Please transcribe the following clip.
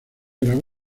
grabó